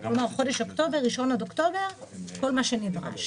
כלומר, חודש אוקטובר, 1 באוקטובר, כל מה שנדרש.